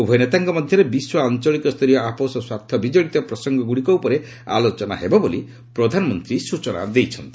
ଉଭୟ ନେତାଙ୍କ ମଧ୍ୟରେ ବିଶ୍ୱ ଓ ଆଞ୍ଚଳିକ ସ୍ତରୀୟ ଆପୋଷ ସ୍ୱାର୍ଥ ବିଜଡ଼ିତ ପ୍ରସଙ୍ଗଗୁଡ଼ିକ ଉପରେ ଆଲୋଚନା ହେବ ବୋଲି ପ୍ରଧାନମନ୍ତ୍ରୀ କହିଛନ୍ତି